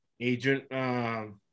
Agent